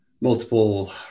multiple